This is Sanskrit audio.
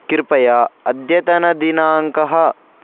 कृपया अद्यतनदिनाङ्कः